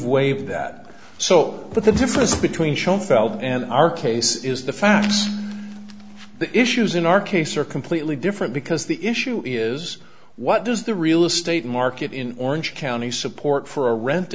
waived that so but the difference between schoenfeld and our case is the facts the issues in our case are completely different because the issue is what does the real estate market in orange county support for a rent